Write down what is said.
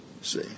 See